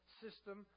system